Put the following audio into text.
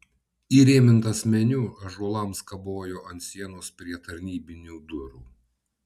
įrėmintas meniu ąžuolams kabojo ant sienos prie tarnybinių durų